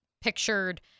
pictured